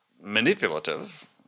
manipulative